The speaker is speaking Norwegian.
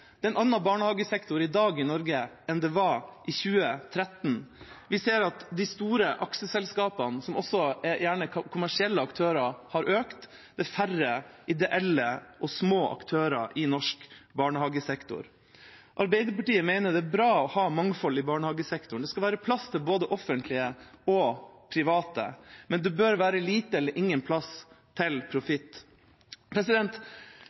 en annen barnehagesektor i Norge i dag enn det var i 2013. Vi ser at de store aksjeselskapene, som også gjerne er kommersielle aktører, har økt, at det er færre ideelle og små aktører i norsk barnehagesektor. Arbeiderpartiet mener det er bra å ha mangfold i barnehagesektoren. Det skal være plass til både offentlige og private, men det bør være liten eller ingen plass til